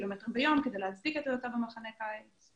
קילומטרים ביום כדי להצדיק את השהות במחנה הקיץ.